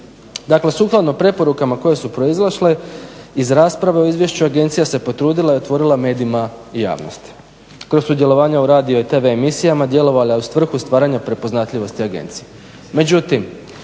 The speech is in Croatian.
Dakle, sukladno preporukama koje su proizašle iz rasprave o izvješću, agencija se potrudila i otvorila medijima i javnosti. Kod sudjelovanje u radio i tv emisijama, djelovala je u svrhu stvaranja prepoznatljivosti agencije.